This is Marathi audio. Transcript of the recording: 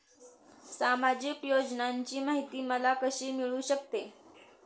सामाजिक योजनांची माहिती मला कशी मिळू शकते?